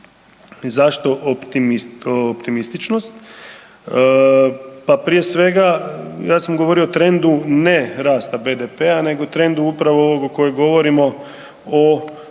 zašto optimističnost? Pa prije svega ja sam govorio o trendu ne rasta BDP-a nego trendu upravo ovog o kojem govorimo o